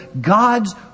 God's